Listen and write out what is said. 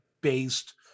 based